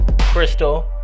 Crystal